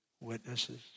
witnesses